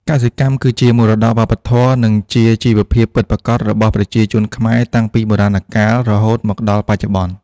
កសិកម្មគឺជាមរតកវប្បធម៌ និងជាជីវភាពពិតប្រាកដរបស់ប្រជាជនខ្មែរតាំងពីបុរាណកាលរហូតមកដល់បច្ចុប្បន្ន។